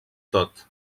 tot